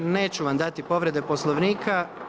Neću vam dati povrede Poslovnika.